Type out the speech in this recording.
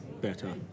better